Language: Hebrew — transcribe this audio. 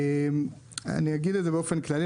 באופן כללי,